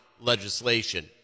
legislation